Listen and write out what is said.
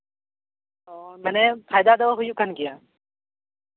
ᱚ ᱢᱟᱱᱮ ᱯᱷᱟᱭᱫᱟ ᱫᱚ ᱦᱩᱭᱩᱜ ᱠᱟᱱ ᱜᱮᱭᱟ